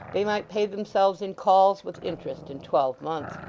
they might pay themselves in calls, with interest, in twelve months.